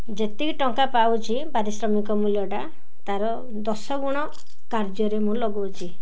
ଯେତିକି ଟଙ୍କା ପାଉଛି ପାରିଶ୍ରମିକ ମୂଲ୍ୟଟା ତା'ର ଦଶ ଗୁଣ କାର୍ଯ୍ୟରେ ମୁଁ ଲଗଉଛି